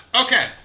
Okay